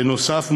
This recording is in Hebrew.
בנוסף,